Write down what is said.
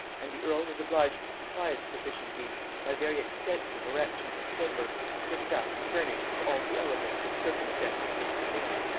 and the earl was obliged to supply its deficiencies by very extensive erections of timber, fitted up and furnished with all the elegance that circumstances would permit.